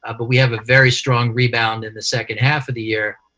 ah but we have a very strong rebound in the second half of the year,